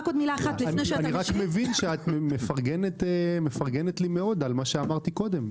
אני רק מבין שאת מפרגנת לי מאוד על מה שאמרתי קודם,